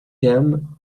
gem